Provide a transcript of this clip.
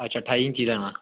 अच्छा ठाई इंच लैनां